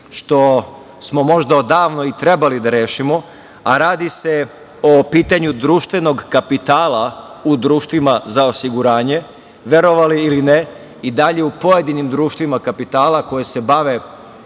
što smo možda odavno i trebali da rešimo, a radi se o pitanju društvenog kapitala u društvima za osiguranje. Verovali ili ne, i dalje u pojedinim društvima kapitala koja se bave